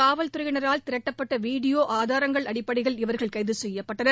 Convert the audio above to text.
காவல்துறையினரால் திரட்டப்பட்ட வீடியோ ஆதாரங்கள் அடிப்படையில் இவர்கள் கைது செய்யப்பட்டனர்